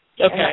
Okay